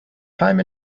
time